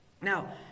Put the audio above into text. Now